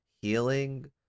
healing